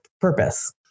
purpose